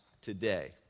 today